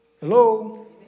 Hello